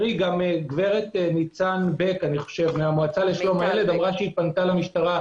הגב' מיטל בק מהמועצה לשלום הילד אמרה שהיא פנתה למשטרה.